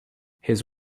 his